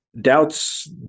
doubts